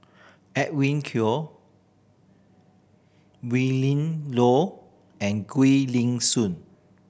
Edwin Koek Willin Low and Gwee Li Sui